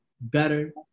better